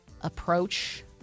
approach